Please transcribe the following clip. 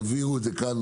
העבירו את זה כאן,